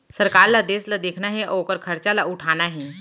सरकार ल देस ल देखना हे अउ ओकर खरचा ल उठाना हे